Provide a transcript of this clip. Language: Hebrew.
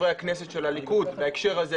חברי הכנסת מהליכוד בהקשר הזה.